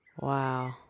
Wow